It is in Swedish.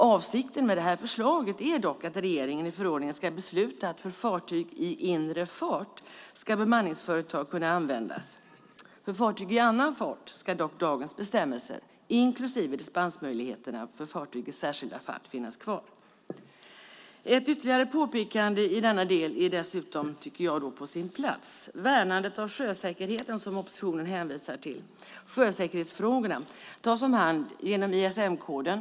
Avsikten med detta förslag är dock att regeringen i förordningen ska besluta att bemanningsföretag ska kunna användas för fartyg i inre fart. För fartyg i annan fart ska dagens bestämmelser, inklusive dispensmöjligheterna för fartyg i särskilda fall, finnas kvar. Ett ytterligare påpekande i denna del tycker jag dessutom är på sin plats. Värnandet av sjösäkerheten, som oppositionen hänvisar till - sjösäkerhetsfrågorna - tas om hand genom ISM-koden.